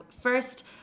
First